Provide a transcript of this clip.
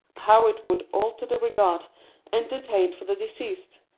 how it would alter the regard entertained for the deceased,